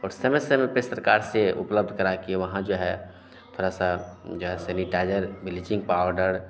और समय समय पर सरकार से उपलब्ध करा के वहाँ जो है थोड़ा सा जो है सैनिटाइजर ब्लीचिंग पाउडर